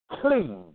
clean